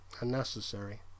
unnecessary